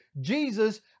Jesus